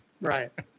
Right